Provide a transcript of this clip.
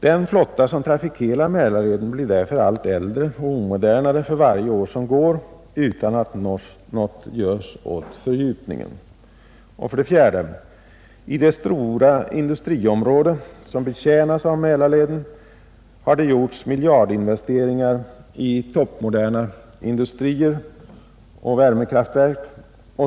Den flotta som trafikerar Mälarleden blir därför allt äldre och omodernare för varje år som går utan att något görs åt fördjupningen. 4. I det stora industriområde, som betjänas av Mälarleden, har det gjorts miljardinvesteringar i toppmoderna industrier och värmekraftverk.